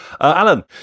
alan